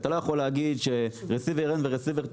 אתה לא יכול להגיד שרסיבר עליון ורסיבר תחתון,